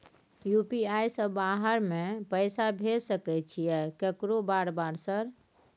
UPI से बाहर में पैसा भेज सकय छीयै केकरो बार बार सर?